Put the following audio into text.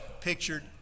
pictured